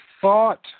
thought